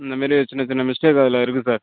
இந்தமாரி சின்ன சின்ன மிஸ்டேக் அதில் இருக்கு சார்